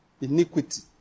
iniquity